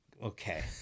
okay